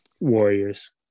Warriors